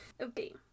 Okay